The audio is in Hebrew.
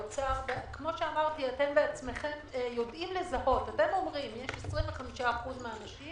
אתם בעצמכם יודעים לזהות, אתם אומרים: 25% מהנשים